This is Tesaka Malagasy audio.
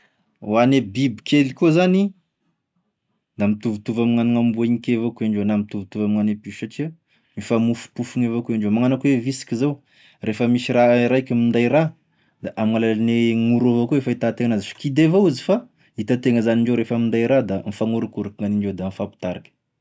Ho ane bibikely koa zany, da mitovitovy amign'amboa igny ke avao koa indreo na mitovitovy amignane piso satria mifamofompofigny avao koa indreo, magnano akone visiky zao rehefa misy raha raiky minday raha, da amign'alalane gn'oro avao koa e fahitatena an'azy kidy avao izy fa hitatena zany ndreo refa minday raha da mifagnorokoroka gn'indreo da mifampitariky.